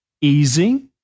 easy